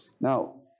Now